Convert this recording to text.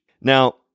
Now